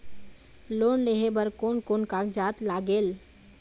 Loan लेहे बर कोन कोन कागजात लागेल?